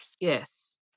Yes